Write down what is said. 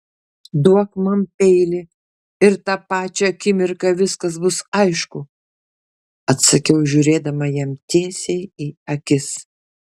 duok man peilį ir tą pačią akimirką viskas bus aišku atsakiau žiūrėdama jam tiesiai į akis